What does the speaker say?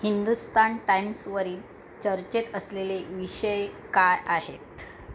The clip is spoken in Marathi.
हिंदुस्तान टाइम्सवरील चर्चेत असलेले विषय काय आहेत